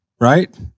right